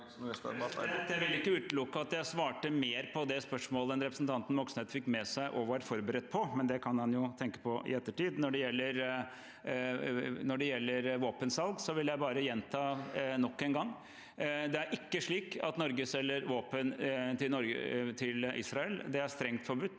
Jeg vil ikke utelukke at jeg svarte mer på det spørsmålet enn det representanten Moxnes fikk med seg og var forberedt på, men det kan han jo tenke på i ettertid. Når det gjelder våpensalg, vil jeg bare gjenta nok en gang at det ikke er slik at Norge selger våpen til Israel. Det er strengt forbudt,